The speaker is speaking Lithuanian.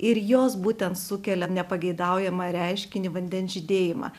ir jos būtent sukelia nepageidaujamą reiškinį vandens žydėjimą